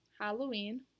Halloween